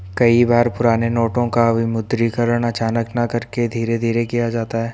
कई बार पुराने नोटों का विमुद्रीकरण अचानक न करके धीरे धीरे किया जाता है